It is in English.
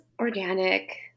organic